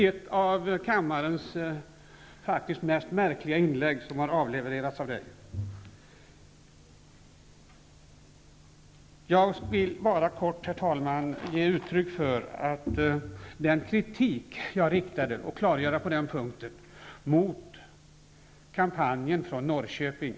Ett av kammarens mest märkliga inlägg har faktiskt avlevererats av Herr talman! Jag vill bara kortfattat ge uttryck för och klargöra den kritik jag riktade mot kampanjen från Norrköping.